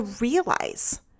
realize